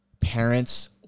parents